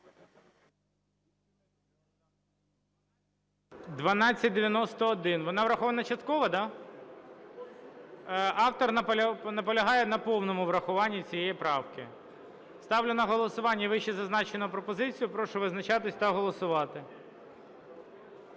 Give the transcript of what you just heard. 1291, вона врахована частково, да? Автор наполягає на повному врахуванні цієї правки. Ставлю на голосування вищезазначену пропозицію, прошу визначатися та голосувати.